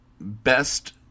best